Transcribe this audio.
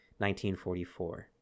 1944